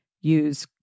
Use